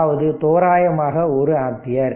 அதாவது தோராயமாக 1 ஆம்பியர்